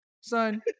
son